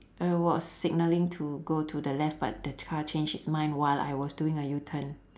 I was signalling to go to the left but the car changed its mind while I was doing a u turn